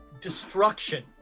destruction